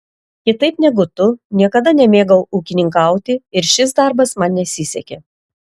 kitaip negu tu niekada nemėgau ūkininkauti ir šis darbas man nesisekė